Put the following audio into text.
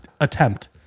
attempt